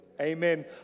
amen